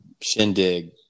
Shindig